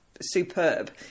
superb